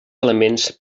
elements